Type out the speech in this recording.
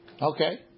Okay